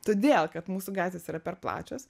todėl kad mūsų gatvės yra per plačios